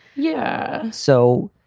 yeah. so.